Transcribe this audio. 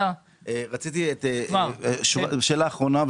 שאלה אחרונה.